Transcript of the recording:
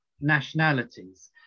nationalities